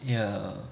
ya